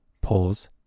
Pause